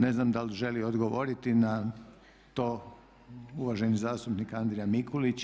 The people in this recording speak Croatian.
Ne znam da li želi odgovoriti na to uvaženi zastupnik Andrija Mikulić.